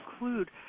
include